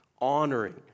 honoring